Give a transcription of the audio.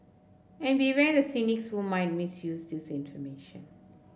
and beware the cynics who might misuse this information